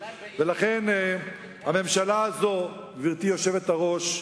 אולי, ולכן, הממשלה הזאת, גברתי היושבת-ראש,